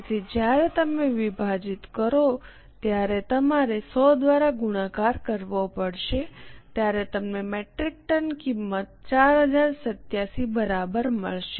તેથી જ્યારે તમે વિભાજીત કરો ત્યારે તમારે 100 દ્વારા ગુણાકાર કરવો પડશે ત્યારે તમને મેટ્રિક ટન કિંમત 4087 બરાબર મળશે